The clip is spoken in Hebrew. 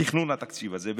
תכנון התקציב הזה,